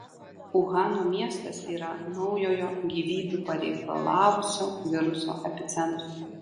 uhano miestas yra naujojo gyvybių pareikalavusio viruso epicentras